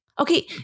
okay